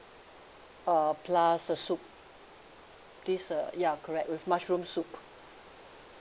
uh plus a soup this uh ya correct with mushroom soup